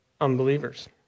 unbelievers